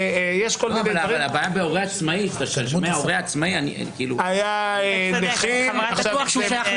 אבל כשאתה שומע "הורה עצמאי" -- היו "נכים" ואחר כך היה